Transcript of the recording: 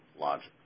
logic